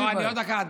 לא, אני עוד דקה.